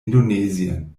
indonesien